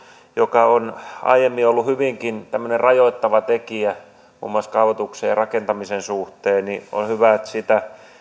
joka on aiemmin ollut hyvinkin rajoittava tekijä muun muassa kaavoituksen ja rakentamisen suhteen niin on hyvä että sitä